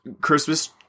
Christmas